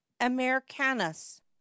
americanus